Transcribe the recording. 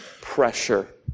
pressure